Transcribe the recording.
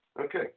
Okay